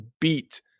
beat